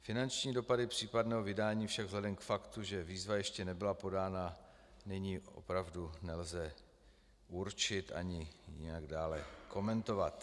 Finanční dopady případného vydání však vzhledem k faktu, že výzva ještě nebyla podána, nyní opravdu nelze určit ani nijak dále komentovat.